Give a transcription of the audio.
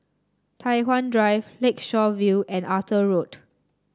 Tai Hwan Drive Lakeshore View and Arthur Road